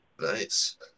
Nice